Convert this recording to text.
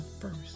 first